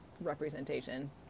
representation